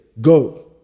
Go